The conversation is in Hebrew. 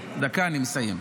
דקה, אני מסיים.